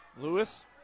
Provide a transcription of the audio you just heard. Lewis